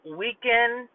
weekend